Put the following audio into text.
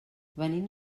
venim